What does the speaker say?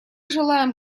желаем